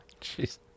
jeez